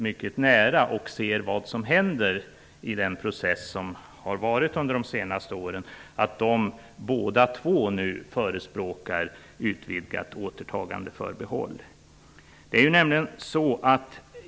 Det är organisationer som står företagen mycket nära och som har sett vad som hänt under den process som pågått under de senaste åren.